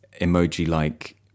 emoji-like